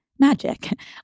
Magic